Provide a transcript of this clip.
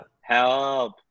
Help